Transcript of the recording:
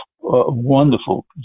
wonderful